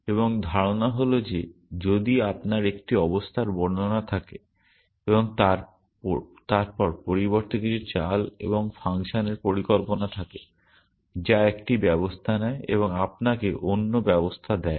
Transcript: এবং ধারণা হল যে যদি আপনার একটি অবস্থার বর্ণনা থাকে তারপর পরিবর্তে কিছু চাল এবং ফাংশনের পরিকল্পনা থাকে যা একটি অবস্থা নেয় এবং আপনাকে অন্য অবস্থা দেয়